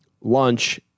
lunch